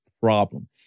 problem